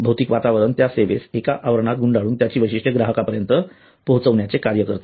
भौतिक वातावरण त्या सेवेस एका आवरणात गुंडाळून त्याची वैशिष्ट्ये ग्राहकापर्यंत पोहोचविण्याचे कार्य करते